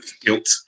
guilt